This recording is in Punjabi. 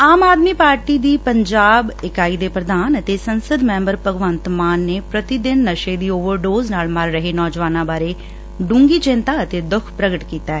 ਆਮ ਆਦਮੀ ਪਾਰਟੀ ਦੀ ਪੰਜਾਬ ਇਕਾਈ ਦੇ ਪ੍ਰਧਾਨ ਅਤੇ ਸੰਸਦ ਮੈਂਬਰ ਭਗਵੰਤ ਮਾਨ ਨੇ ਪ੍ਰਤੀ ਦਿਨ ਨਸ਼ੇ ਦੀ ਓਵਰਡੋਜ਼ ਨਾਲ ਮਰ ਰਹੇ ਨੌਜਵਾਨਾਂ ਬਾਰੇ ਡੰਘੀ ਚਿੰਤਾ ਅਤੇ ਦੁੱਖ ਪ੍ਰਗਟ ਕੀਤੈ